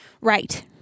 Right